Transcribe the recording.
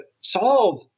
solve